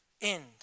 end